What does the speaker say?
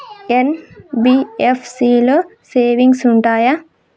NBFC లో savings ఉంటయా?